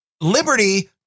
Liberty